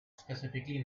specifically